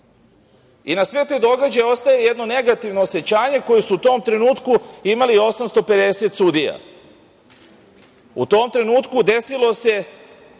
Na sve te događaje ostaje jedno negativno osećanje koje su u tom trenutku imali 850 sudija.U tom trenutku desilo se